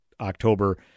October